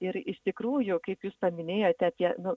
ir iš tikrųjų kaip jūs paminėjote tie nu